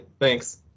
Thanks